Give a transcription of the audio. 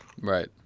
right